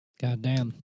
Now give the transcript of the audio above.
Goddamn